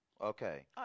Okay